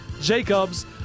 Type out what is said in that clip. Jacobs